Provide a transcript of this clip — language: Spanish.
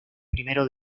primero